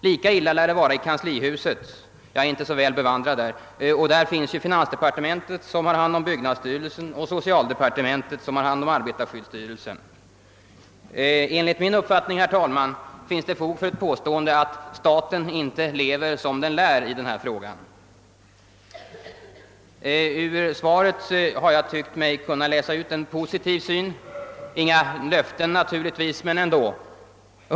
Lika illa lär det vara i kanslihuset — jag är inte så väl bevandrad i det huset — där ju finansdepartementet finns, under vilket byggnadsstyrelsen sorterar, och socialdepartementet som har att utöva överinseende över arbetarskyddslagens tillämpning. Enligt min uppfattning finns det fog för påståendet att staten inte lever som den lär i detta fall. Ur finansministerns svar tycker jag mig kunna läsa ut en positiv syn — naturligtvis inga löften men som sagt ändå en positiv inställning.